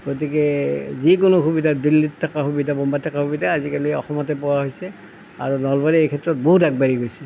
গতিকে যিকোনো সুবিধা দিল্লীত থকা সুবিধা মুম্বাইত থকা সুবিধা আজিকালি অসমতে পোৱা হৈছে আৰু নলবাৰী এই ক্ষেত্ৰত বহুত আগবাঢ়ি গৈছে